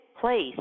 place